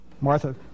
Martha